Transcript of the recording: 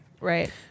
Right